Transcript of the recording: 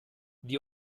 die